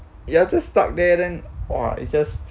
you have to stuck there then !wah! it's just